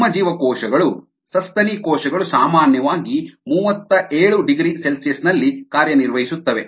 ನಮ್ಮ ಜೀವಕೋಶಗಳು ಸಸ್ತನಿ ಕೋಶಗಳು ಸಾಮಾನ್ಯವಾಗಿ 37ºC ನಲ್ಲಿ ಕಾರ್ಯನಿರ್ವಹಿಸುತ್ತವೆ